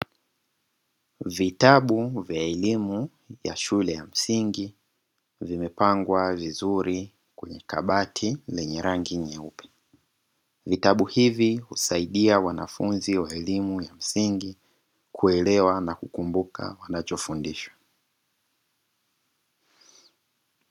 Vitabu vya elimu ya shule ya msingi vimepangwa vizuri kwenye kabati lenye rangi nyeupe, vitabu hivi husaidia wanafunzi wa elimu ya msingi kuelewa na kukumbuka wanacho fundishwa.